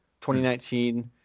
2019